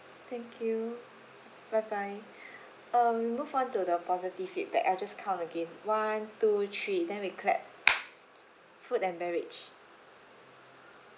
thank you bye bye um move on to the positive feedback I'll just count again one two three then we clap food and beverage